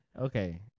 Okay